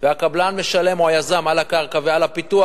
והקבלן או היזם משלם על הקרקע או על הפיתוח,